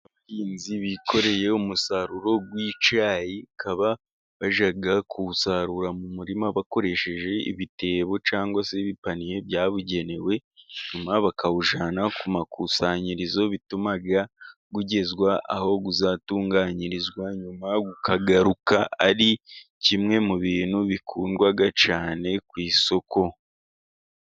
Abahinzi bikoreye umusaruro w'icyayi bakaba bajya kuwusarura mu murima bakoresheje ibitebo, cyangwa se ibipaniye byabugenewe, nyuma bakawujyana ku makusanyirizo. Bituma ugezwa aho uzatunganyirizwa. Nyuma ukagaruka ari kimwe mu bintu bikundwa cyane ku isoko.